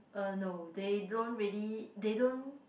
uh no they don't really they don't